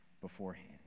beforehand